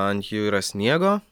ant jų yra sniego